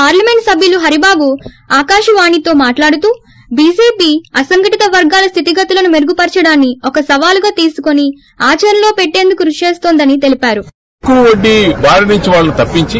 parliament సభ్యులు హరిబాబు ఆకాశవాణితో మాట్లాడుతూ బిజెపి అసంఘటిత వర్గాల స్లితి గతులను మెరుగుపరచడాన్ని ఒక సవాలుగా తీసుకుని ఆచరణలో పెట్టేందుకు కృషి చేస్తోందని తెలిపారు